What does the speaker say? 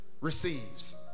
receives